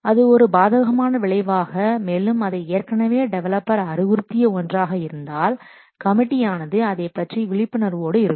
அது ஒரு பாதகமான விளைவாக மேலும் அதை ஏற்கனவே டெவலப்பர் அறிவுறுத்திய ஒன்றாக இருந்தால் கமிட்டி ஆனது அதைப்பற்றி விழிப்புணர்வோடு இருக்கும்